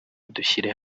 dushyire